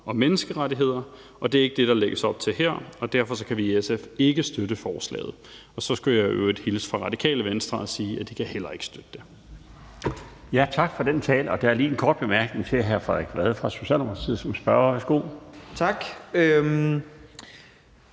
og menneskerettigheder, og det er ikke det, der lægges op til her, og derfor kan vi i SF ikke støtte forslaget. Så skulle jeg i øvrigt hilse fra Radikale Venstre og sige, at de heller ikke kan støtte det. Kl. 17:06 Den fg. formand (Bjarne Laustsen): Tak for den tale. Der er en kort bemærkning til hr. Frederik Vad fra Socialdemokratiet. Værsgo. Kl.